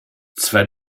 zwei